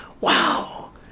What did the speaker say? wow